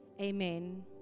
Amen